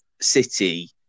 City